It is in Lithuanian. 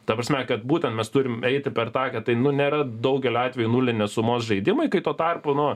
ta prasme kad būtent mes turim eiti per tą kad tai nu nėra daugeliu atveju nulinės sumos žaidimai kai tuo tarpu nu